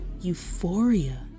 euphoria